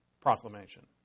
proclamation